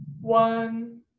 one